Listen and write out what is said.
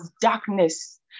darkness